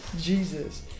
Jesus